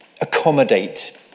accommodate